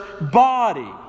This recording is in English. body